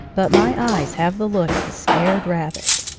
but my eyes have the look of a scared rab bit.